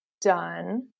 done